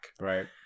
right